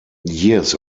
years